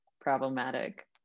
problematic